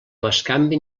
bescanvi